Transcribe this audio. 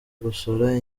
gusora